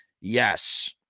yes